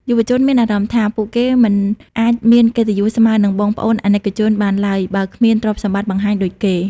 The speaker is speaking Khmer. យុវជនមានអារម្មណ៍ថា ពួកគេមិនអាចមានកិត្តិយសស្មើនឹងបងប្អូនអាណិកជនបានឡើយ បើគ្មានទ្រព្យសម្បត្តិបង្ហាញដូចគេ។